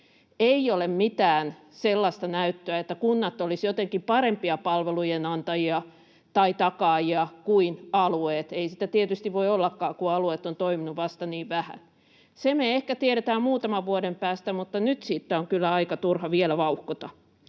Ei ole mitään sellaista näyttöä, että kunnat olisivat jotenkin parempia palvelujen antajia tai takaajia kuin alueet. Ei niin tietysti voi ollakaan, kun alueet ovat toimineet vasta niin vähän. Se me ehkä tiedetään muutaman vuoden päästä, mutta nyt siitä on kyllä aika turha vielä vauhkota.